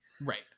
Right